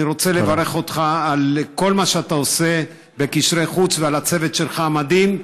אני רוצה לברך אותך על כל מה שאתה עושה בקשרי חוץ ועל הצוות המדהים שלך.